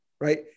right